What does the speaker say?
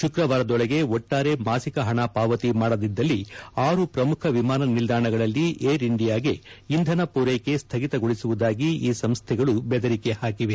ಶುಕ್ರವಾರದೊಳಗೆ ಒಟ್ಲಾರೆ ಮಾಸಿಕ ಪಣ ಪಾವತಿ ಮಾಡದಿದ್ದಲ್ಲಿ ಆರು ಪ್ರಮುಖ ವಿಮಾನ ನಿಲ್ದಾಣಗಳಲ್ಲಿ ಏರ್ ಇಂಡಿಯಾಗೆ ಇಂಧನ ಪೂರ್ಲೆಕೆ ಸ್ಹಗಿತಗೊಳಿಸುವುದಾಗಿ ಈ ಸಂಸ್ಥೆಗಳು ಬೆದರಿಕೆ ಹಾಕಿದೆ